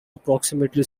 approximately